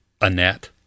Annette